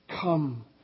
Come